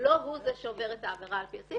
לא הוא זה שעובר את העבירה על פי הסעיף,